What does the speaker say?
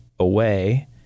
away